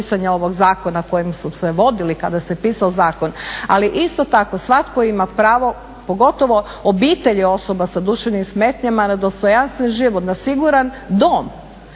pisanja ovog zakona kojim su se vodili kada se pisao zakon. Ali isto tako, svatko ima pravo pogotovo obitelji osoba sa duševnim smetnjama na dostojanstven život, na siguran dom.